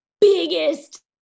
biggest